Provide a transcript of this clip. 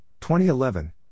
2011